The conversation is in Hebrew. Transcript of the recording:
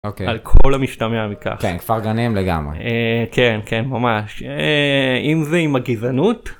‫על כל המשתמע מכך. ‫-כן, כפר גנים לגמרי. ‫כן, כן, ממש. ‫אם זה עם הגזענות...